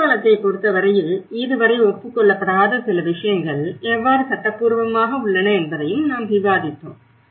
நேபாளத்தைப் பொறுத்தவரையில் இதுவரை ஒப்புக் கொள்ளப்படாத சில விஷயங்கள் எவ்வளவு சட்டபூர்வமாக உள்ளன என்பதையும் நாம் விவாதித்தோம்